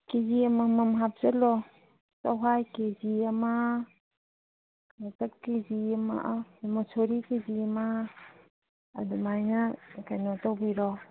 ꯀꯦꯖꯤ ꯑꯃꯃꯝ ꯍꯥꯞꯆꯜꯂꯣ ꯆꯥꯛꯍꯋꯥꯏ ꯀꯦꯖꯤ ꯑꯃ ꯀꯦꯖꯤ ꯀꯪꯇꯛ ꯑꯃ ꯃꯣꯁꯣꯔꯤ ꯀꯦꯖꯤ ꯑꯃ ꯑꯗꯨꯃꯥꯏꯅ ꯀꯩꯅꯣ ꯇꯧꯕꯤꯔꯣ